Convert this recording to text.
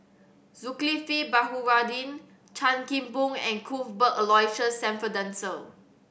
Zulkifli Baharudin Chan Kim Boon and Cuthbert Aloysius Shepherdson